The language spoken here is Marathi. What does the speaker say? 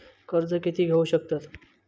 कर्ज कीती घेऊ शकतत?